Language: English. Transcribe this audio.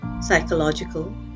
psychological